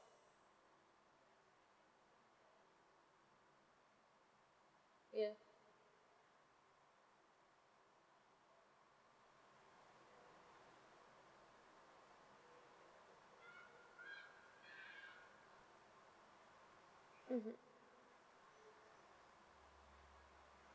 ya mmhmm